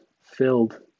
filled